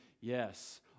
Yes